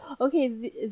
okay